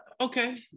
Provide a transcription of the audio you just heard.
okay